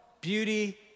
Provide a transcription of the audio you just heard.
beauty